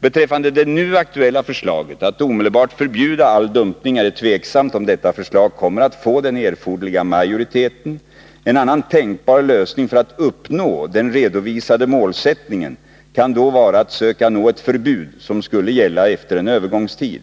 Beträffande det nu aktuella förslaget att omedelbart förbjuda all dumpning är det tvivelaktigt om detta förslag kommer att få den erforderliga majoriteten. En annan tänkbar lösning för att uppnå den redovisade målsättningen kan då vara att söka nå ett förbud som skulle gälla efter en övergångstid.